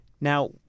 Now